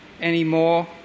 anymore